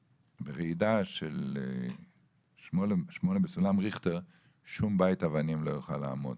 שברעידה של 8 בסולם ריכטר שום בית אבנים לא יוכל לעמוד.